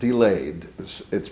delayed because it